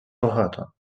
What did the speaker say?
багато